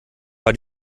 war